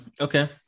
Okay